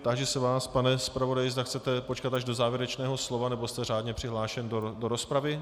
Táži se vás, pane zpravodaji, zda chcete počkat až do závěrečného slova, nebo jste řádně přihlášen do rozpravy.